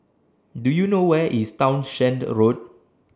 Do YOU know Where IS Townshend Road